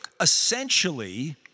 essentially